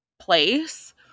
place